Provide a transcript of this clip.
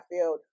field